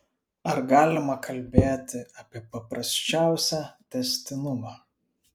ar galima kalbėti apie paprasčiausią tęstinumą